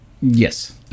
Yes